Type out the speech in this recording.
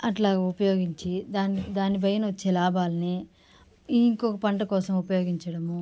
అట్లా ఉపయోగించి దాని దానిపైన వచ్చే లాభాల్ని ఇంకొక పంట కోసం ఉపయోగించడము